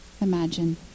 imagine